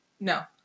No